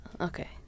Okay